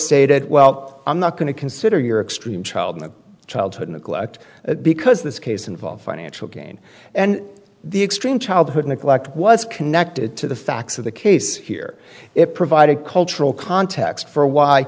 stated well i'm not going to consider your extreme child childhood neglect because this case involved financial gain and the extreme childhood neglect was connected to the facts of the case here it provided cultural context for why